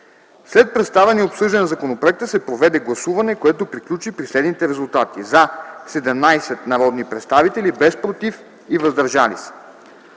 След представяне и обсъждане на законопроекта се проведе гласуване, което приключи при следните резултати: „за” – 17 народни представители, без „против” и „въздържали се”.